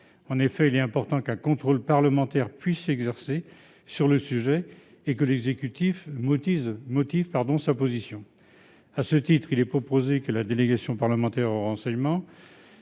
en effet, qu'un contrôle parlementaire puisse s'exercer sur le sujet et que l'exécutif motive sa position. À ce titre, il est proposé que la délégation parlementaire au renseignement,